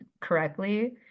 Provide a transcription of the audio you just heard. correctly